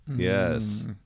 yes